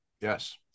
Yes